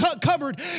covered